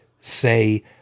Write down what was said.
say